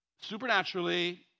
supernaturally